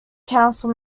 council